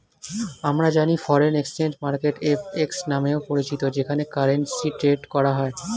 আমরা জানি foreign exchange market FX নামেও পরিচিত যেখানে কারেন্সি ট্রেড করা হয়